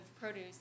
produce